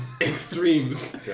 extremes